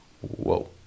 Whoa